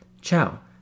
ciao